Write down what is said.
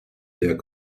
jak